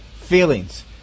feelings